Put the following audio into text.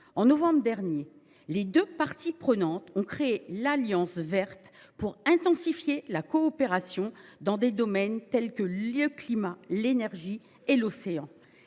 En novembre dernier, les deux parties prenantes ont créé l’Alliance verte, pour intensifier la coopération sur des sujets tels que le climat, l’énergie et l’océan.